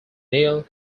neil